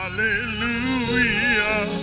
Hallelujah